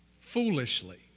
foolishly